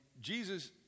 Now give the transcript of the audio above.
Jesus